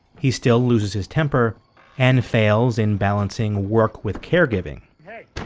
he still loses his temper and fails in balancing work with caregiving hey.